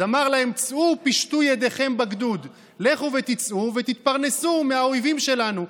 אז אמר להם: "לכו פשטו ידיכם בגדוד": לכו ותצאו ותתפרנסו מהאויבים שלנו,